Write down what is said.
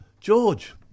George